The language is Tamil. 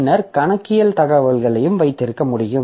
பின்னர் கணக்கியல் தகவல்களையும் வைத்திருக்க முடியும்